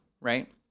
right